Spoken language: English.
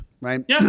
right